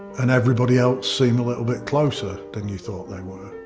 and everybody else seem a little bit closer than you thought they were.